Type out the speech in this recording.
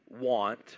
want